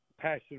passion